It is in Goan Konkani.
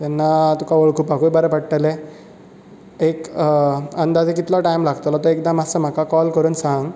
तेन्ना तुका वळखुपाकूय बरें पडटलें एक अंदाजे कितलो टायम लागतलो तो एकदा मातसो म्हाका कॉल करून सांग